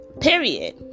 Period